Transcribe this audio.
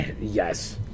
Yes